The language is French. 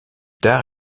tard